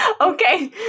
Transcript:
Okay